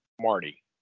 Marty